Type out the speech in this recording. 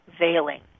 veiling